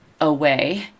away